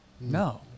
No